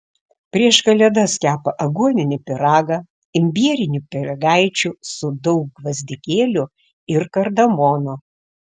prieš kalėdas kepa aguoninį pyragą imbierinių pyragaičių su daug gvazdikėlių ir kardamono